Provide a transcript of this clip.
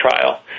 trial